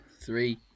Three